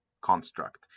construct